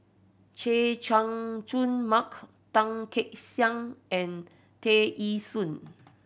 Chay Jung Jun Mark Tan Kek Xiang and Tear Ee Soon